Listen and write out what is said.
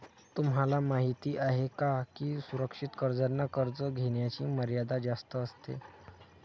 तुम्हाला माहिती आहे का की सुरक्षित कर्जांना कर्ज घेण्याची मर्यादा जास्त असते